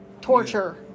Torture